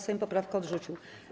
Sejm poprawkę odrzucił.